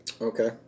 Okay